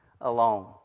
alone